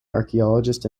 archaeologist